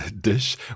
dish